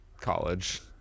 college